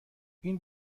این